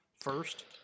first